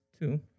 two